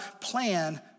plan